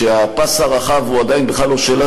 שבהם הפס הרחב הוא עדיין בכלל לא שאלה